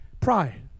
pride